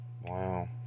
Wow